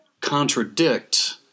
contradict